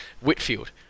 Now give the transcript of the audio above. Whitfield